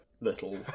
little